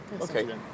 Okay